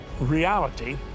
reality